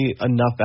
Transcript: enough